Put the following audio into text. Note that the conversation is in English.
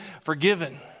forgiven